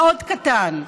מאוד קטן: